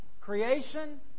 Creation